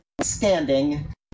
standing